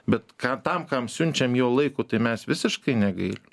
bet ka tam kam siunčiam jau laiku tai mes visiškai negailim